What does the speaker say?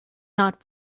not